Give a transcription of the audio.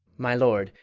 my lord,